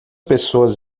pessoas